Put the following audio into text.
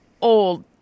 old